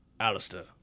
Alistair